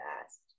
fast